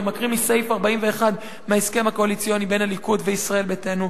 אני קורא מסעיף 41 להסכם הקואליציוני בין הליכוד לישראל ביתנו: